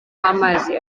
amazi